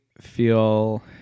feel